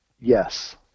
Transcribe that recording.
yes